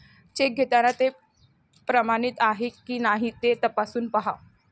check घेताना ते प्रमाणित आहे की नाही ते तपासून पाहा